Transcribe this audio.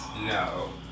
No